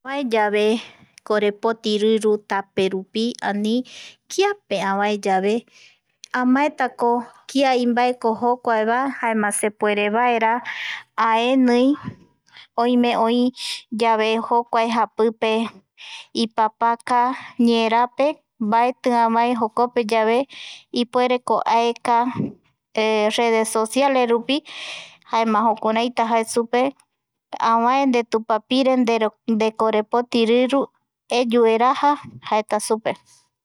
Avaeyave korepotiriru taperupi ani kiape avaeyave amaetako kia imbaeko jokuae jaema sepuerevaera aenii oime oi yave jokua japipe ipapaka ñeerape mbaeti avae jokope, ipuereko aeka redes sociales rupi jaema jukuraita jae supe avae ndetupapire ndekorepotiriru eyu eraja jaeta supe,